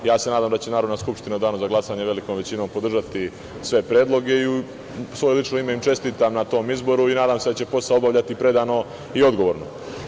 Ja se nadam da će Narodna skupština u danu za glasanje velikom većinom podržati sve predloge i u svoje lično ime im čestitam na tom izboru i nadam se da će posao obavljati predano i odgovorno.